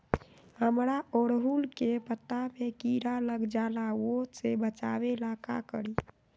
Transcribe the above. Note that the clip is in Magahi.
हमरा ओरहुल के पत्ता में किरा लग जाला वो से बचाबे ला का करी?